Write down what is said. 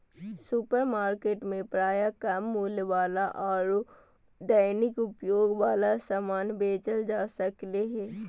supermarket में प्रायः कम मूल्य वाला आरो दैनिक उपयोग वाला समान बेचल जा सक्ले हें